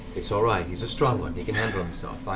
it's all right, he's a strong one, he can handle himself.